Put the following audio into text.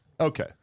Okay